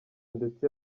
ndetse